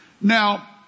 Now